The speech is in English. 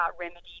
remedy